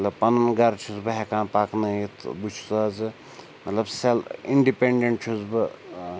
مطلب پَنُن گَرٕ چھُس بہٕ ہیٚکان پَکنٲیِتھ بہٕ چھُس آزٕ مطلب سیل اِنڈِپیٚنڈنٹ چھُس بہٕ